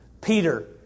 Peter